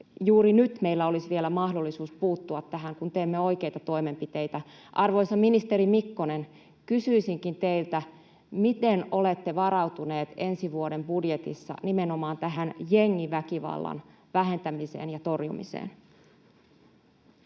juuri nyt meillä olisi vielä mahdollisuus puuttua tähän, kun teemme oikeita toimenpiteitä. Arvoisa ministeri Mikkonen, kysyisinkin teiltä: miten olette varautuneet ensi vuoden budjetissa nimenomaan tähän jengiväkivallan vähentämiseen ja torjumiseen?